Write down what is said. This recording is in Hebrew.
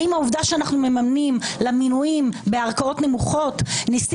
האם העובדה שאנחנו ממנים למינויים בערכאות נמוכות נשיא